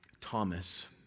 Thomas